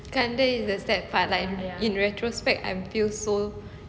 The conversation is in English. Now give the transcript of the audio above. kan that is the sad part like in retrospect I feel so